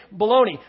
baloney